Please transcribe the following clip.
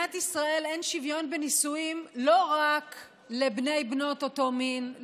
במדינת ישראל אין שוויון בנישואים לא רק לבני ובנות אותו מין,